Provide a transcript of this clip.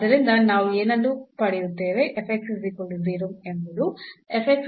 ಆದ್ದರಿಂದ ನಾವು ಏನನ್ನು ಪಡೆಯುತ್ತೇವೆ